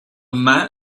man